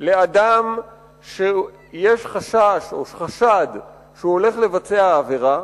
כלשהו לאדם שיש חשש או חשד שהוא הולך לבצע עבירה,